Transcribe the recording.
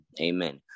Amen